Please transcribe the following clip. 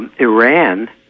Iran